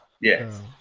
Yes